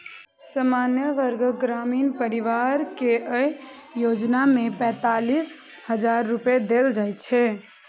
सामान्य वर्गक ग्रामीण परिवार कें अय योजना मे पैंतालिस हजार रुपैया देल जाइ छै